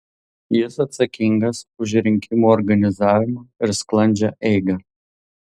jis atsakingas už rinkimų organizavimą ir sklandžią eigą